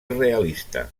realista